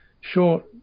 short